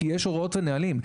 כי יש הוראות ונהלים.